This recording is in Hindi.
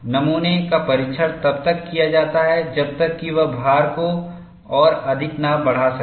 नमूना का परीक्षण तब तक किया जाता है जब तक कि वह भार को और अधिक न बढ़ा सके